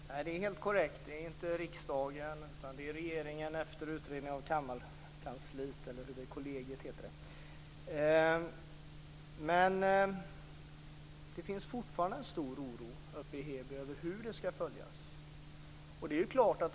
Fru talman! Det är helt korrekt. Det är inte riksdagen utan det är regeringen som efter utredning av Kammarkollegiet som skall avgöra frågan. Men det finns fortfarande en stor oro i Heby över hur resultatet skall följas.